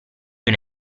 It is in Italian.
una